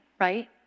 right